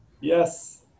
Yes